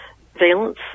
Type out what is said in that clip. valence